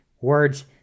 words